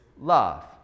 love